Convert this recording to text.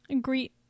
greet